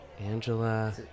Angela